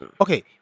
Okay